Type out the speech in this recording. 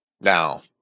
Now